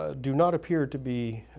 ah do not appear to be